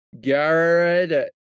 Garrett